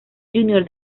júnior